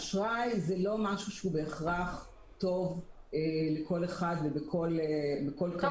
אשראי זה לא משהו שהוא בהכרח טוב לכל אחד ובכל --- טוב,